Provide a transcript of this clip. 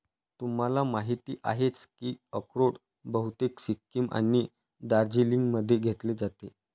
तुम्हाला माहिती आहेच की अक्रोड बहुतेक सिक्कीम आणि दार्जिलिंगमध्ये घेतले जाते